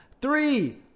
three